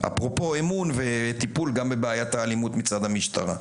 אפרופו אמון וטיפול גם בבעיית האלימות מצד המשטרה.